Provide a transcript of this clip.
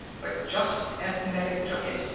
but just as the medic took it,